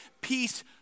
peace